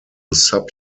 sub